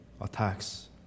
attacks